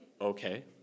Okay